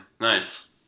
Nice